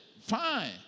Fine